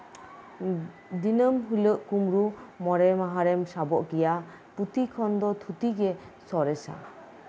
ᱫᱤᱱᱟᱹᱢ ᱦᱤᱞᱳᱜ ᱠᱩᱢᱵᱽᱲᱩ ᱢᱚᱬᱮ ᱢᱟᱦᱟ ᱨᱮᱢ ᱥᱟᱵᱚᱜ ᱜᱮᱭᱟ ᱯᱩᱸᱛᱷᱤ ᱠᱷᱚᱱᱫᱚ ᱛᱷᱩᱛᱤ ᱜᱮ ᱥᱚᱨᱮᱥᱟ